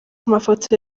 amafoto